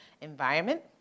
environment